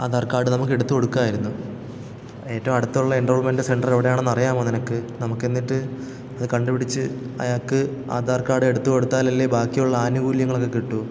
Aadhaar card നമുക്കെടുത്തു കൊടുക്കാമായിരുന്നു ഏറ്റവും അടുത്തുള്ള എൻട്രോൾമെൻറ്റ് സെൻറർ എവിടെയാണെന്ന് അറിയാമോ നിനക്ക് നമ്മുക്ക് എന്നിട്ട് അത് കണ്ടുപിടിച്ച് അയാൾക്ക് ആധാർ കാർഡ് എടുത്ത് കൊടുത്താലല്ലേ ബാക്കിയുള്ള ആനുകൂല്യങ്ങളൊക്ക കിട്ടൂ